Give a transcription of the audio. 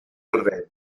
torrenti